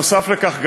נוסף על כך,